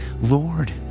Lord